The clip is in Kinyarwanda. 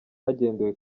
hagendewe